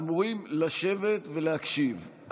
אמורים לשבת ולהקשיב,